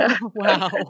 Wow